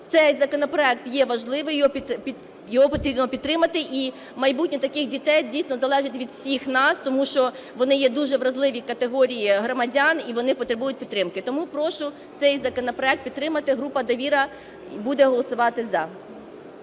цей законопроект є важливий, його потрібно підтримати, і майбутнє таких дітей дійсно залежить від всіх нас, тому що вони є дуже вразливі категорії громадян і вони потребують підтримки. Тому прошу цей законопроект підтримати. Група "Довіра" буде голосувати "за".